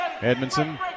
Edmondson